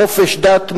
חופש דת,